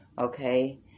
Okay